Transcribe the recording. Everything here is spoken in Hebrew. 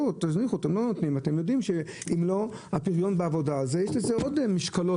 אתם לא נותנים, אתם יודעים שיש לזה עוד משקלות.